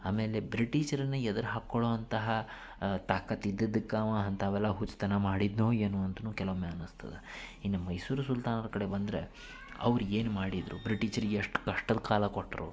ಆಮೇಲೆ ಬ್ರಿಟೀಷ್ರನ್ನು ಎದುರು ಹಾಕ್ಕೊಳ್ಳೋಂತಹ ತಾಕತ್ತು ಇದ್ದಿದ್ದಕ್ ಅವ ಅಂಥವೆಲ್ಲ ಹುಚ್ಚುತನ ಮಾಡಿದನೋ ಏನೋ ಅಂತಲೂ ಕೆಲವೊಮ್ಮೆ ಅನಿಸ್ತದ ಇನ್ನು ಮೈಸೂರು ಸುಲ್ತಾನರ ಕಡೆ ಬಂದರೆ ಅವ್ರು ಏನು ಮಾಡಿದರು ಬ್ರಿಟೀಚರಿಗೆ ಎಷ್ಟು ಕಷ್ಟದ ಕಾಲ ಕೊಟ್ಟರು